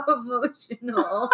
emotional